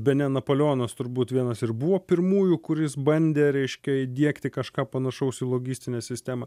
bene napoleonas turbūt vienas ir buvo pirmųjų kuris bandė reiškia įdiegti kažką panašaus į logistinę sistemą